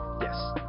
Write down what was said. Yes